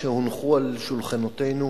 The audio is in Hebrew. כשהונחו על שולחנותינו